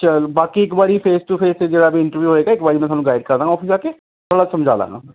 ਚਲ ਬਾਕੀ ਇੱਕ ਵਾਰੀ ਫੇਸ ਟੂ ਫੇਸ ਅਤੇ ਜਿਹੜਾ ਵੀ ਇੰਟਰਵਿਊ ਹੋਵੇਗਾ ਇੱਕ ਵਾਰੀ ਮੈਂ ਤੁਹਾਨੂੰ ਗਾਈਡ ਕਰ ਦਾਂਗਾ ਔਫਿਸ ਆ ਕੇ ਥੋੜ੍ਹਾ ਸਮਝਾ ਦਾਂਗਾ